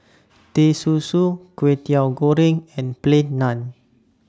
Teh Susu Kwetiau Goreng and Plain Naan